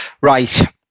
Right